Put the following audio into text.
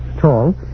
tall